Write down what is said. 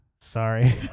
sorry